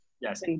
Yes